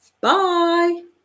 bye